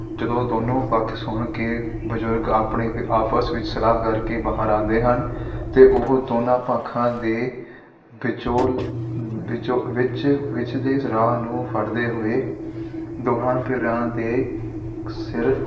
ਜਦੋਂ ਦੋਨੋਂ ਪੱਖ ਸੁਣ ਕੇ ਬਜ਼ੁਰਗ ਆਪਣੇ ਆਪਸ ਵਿੱਚ ਸਲਾਹ ਕਰਕੇ ਬਾਹਰ ਆਉਂਦੇ ਹਨ ਅਤੇ ਉਹ ਦੋਨਾਂ ਪੱਖਾਂ ਦੇ ਵਿਚੋਲ ਵਿਚੋ ਵਿਚ ਵਿਚਦੇ ਰਾਹ ਨੂੰ ਫੜ੍ਹਦੇ ਹੋਏ ਦੋਹਾਂ ਧਿਰਾਂ ਦੇ ਸਿਰ